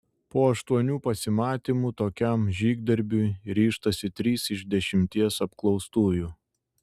po aštuonių pasimatymų tokiam žygdarbiui ryžtasi trys iš dešimties apklaustųjų